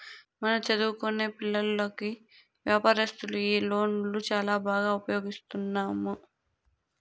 మన చదువుకొనే పిల్లోల్లకి వ్యాపారస్తులు ఈ లోన్లు చాలా బాగా ఉపయోగిస్తున్నాము